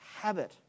habit